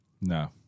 No